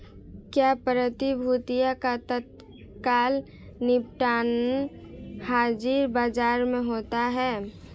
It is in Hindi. क्या प्रतिभूतियों का तत्काल निपटान हाज़िर बाजार में होता है?